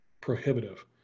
prohibitive